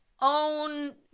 own